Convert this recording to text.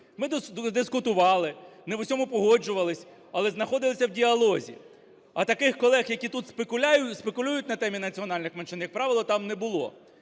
Ми дискутували, не в усьому погоджувались, але знаходилися в діалозі. А таких колег, які тут спекулюють на темі національних меншин, як правило, там не було.